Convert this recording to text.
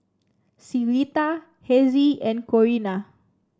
Syreeta Hezzie and Corrina